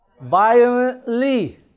Violently